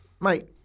mate